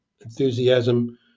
enthusiasm